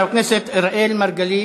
חבר הכנסת אראל מרגלית,